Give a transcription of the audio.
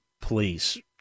Please